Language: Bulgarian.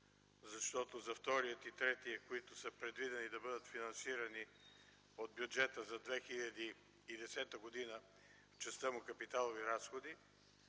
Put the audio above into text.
защото за втория и третия, които са предвидени да бъдат финансирани от бюджета за 2010 г. в частта му капиталови разходи,